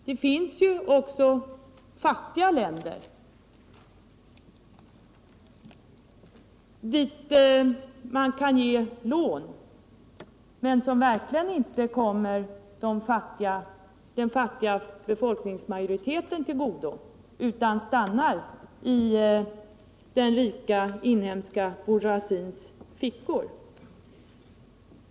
Det finns fattiga länder som man ger lån, som emellertid inte kommer de fattiga befolkningsmajoriteterna där till godo utan stannar i den rika inhemska bourgeoisiens fickor.